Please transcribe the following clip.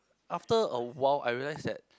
after awhile I realise that